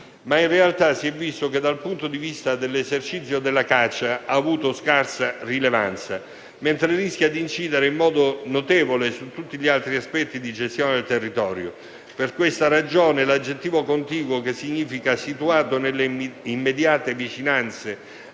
In realtà, si è visto che, dal punto di vista dell'esercizio della caccia, ha avuto scarsa rilevanza, mentre rischia di incidere in modo notevole su tutti gli altri aspetti di gestione del territorio. Per questa ragione l'aggettivo "contiguo", che significa situato nelle immediate vicinanze,